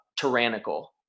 tyrannical